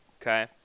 okay